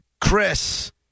Chris